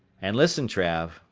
and listen, trav,